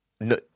No